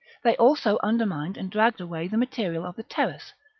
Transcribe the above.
they also undermined and dragged away the material of the terrace,